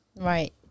Right